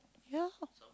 ya